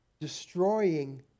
destroying